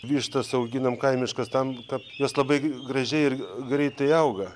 vištas auginam kaimiškas tam kad jos labai gražiai ir greitai auga